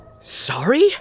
Sorry